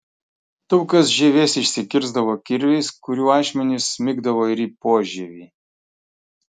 daug kas žievės išsikirsdavo kirviais kurių ašmenys smigdavo ir į požievį